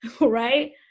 Right